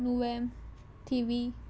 नुवें थिवी